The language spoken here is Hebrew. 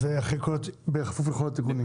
אז בכפוף לכל התיקונים.